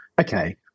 okay